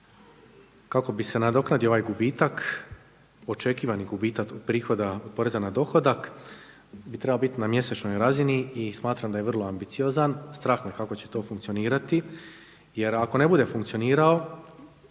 kako bi se nadoknadio ovaj gubitak, očekivani gubitak od prihoda od poreza na dohodak bi trebao biti na mjesečnoj razini. I smatram da je vrlo ambiciozan, strah me kako će to funkcionirati. Jer ako ne bude funkcionirao,